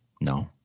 No